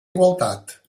igualtat